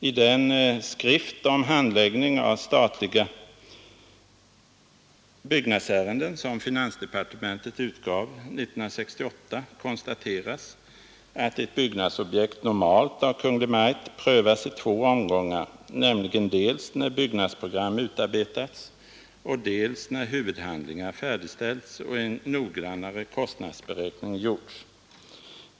I den skrift om handläggning av statliga byggnadsärenden som finansdepartementet utgav 1968 konstateras att ett byggnadsobjekt normalt av Kungl. Maj:t prövas i två omgångar, nämligen dels när byggnadsprogram utarbetats och dels när huvudhandlingar färdigställts och en noggrannare kostnadsberäkning gjorts.